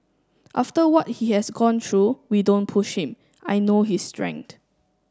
after what he has gone through we don't push him I know his strength